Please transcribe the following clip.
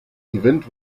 event